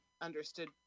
understood